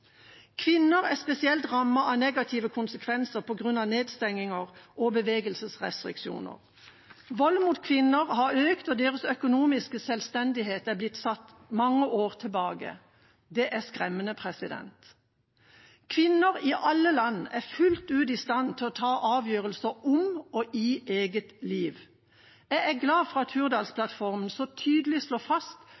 Kvinner er spesielt rammet av negative konsekvenser på grunn av nedstengninger og bevegelsesrestriksjoner. Vold mot kvinner har økt, og deres økonomiske selvstendighet er satt mange år tilbake. Det er skremmende. Kvinner i alle land er fullt ut i stand til å ta avgjørelser om og i eget liv. Jeg er glad for at